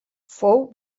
fou